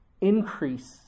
increase